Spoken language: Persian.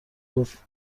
گفت